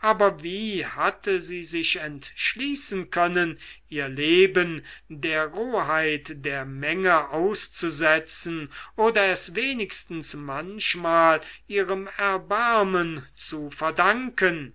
aber wie hatte sie sich entschließen können ihr leben der roheit der menge auszusetzen oder es wenigstens manchmal ihrem erbarmen zu verdanken